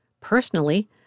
Personally